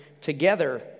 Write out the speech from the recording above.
together